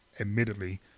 admittedly